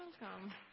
Welcome